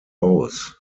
aus